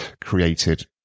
created